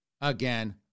Again